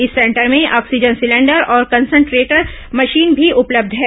इस सेंटर में oxygen cylinder और कन्सनट्रेटर मशीन भी उपलब्ध है